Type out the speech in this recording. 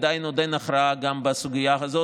עדיין עוד אין הכרעה גם בסוגיה הזאת,